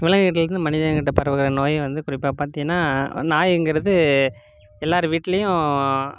விலங்குக்கிட்டருந்து மனிதன்கிட்ட பரவுகிர நோய் வந்து குறிப்பாக பார்த்தீங்கன்னா நாயிங்கிறது எல்லாருட வீட்லேயும்